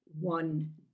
one